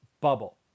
bubble